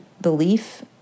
belief